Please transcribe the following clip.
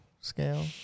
scale